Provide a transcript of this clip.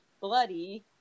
bloody